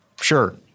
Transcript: Sure